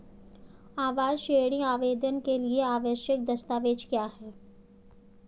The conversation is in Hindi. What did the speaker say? आवास ऋण आवेदन के लिए आवश्यक दस्तावेज़ क्या हैं?